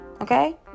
okay